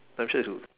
I'm sure it's good